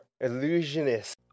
illusionist